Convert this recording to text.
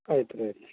ಆಯ್ತು ರೀ ಆಯ್ತು